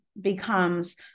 becomes